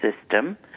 system